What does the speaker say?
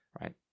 right